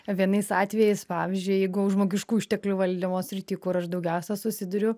vienais atvejais pavyzdžiui jeigu žmogiškųjų išteklių valdymo srity kur aš daugiausia susiduriu